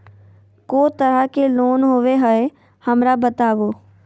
को तरह के लोन होवे हय, हमरा बताबो?